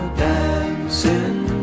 dancing